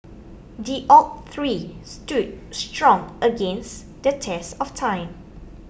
the oak tree stood strong against the test of time